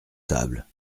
tables